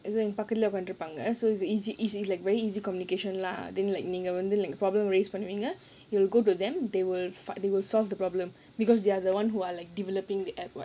இது பக்கத்துல வந்துருப்பாங்க:idhu pakkathula vandhuruppaanga so it's eas~ it's like very easy communication lah then like நீங்க வந்து:neenga vandhu like problem raise பண்ணுவீங்க:pannuveenga we will go to them they will they will solve the problem because they are the one who are like developing the app [what]